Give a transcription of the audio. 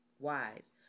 Wise